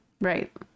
Right